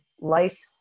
life